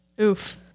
Oof